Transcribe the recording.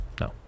No